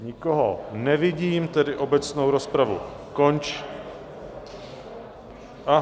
Nikoho nevidím, tedy obecnou rozpravu končím.